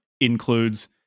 includes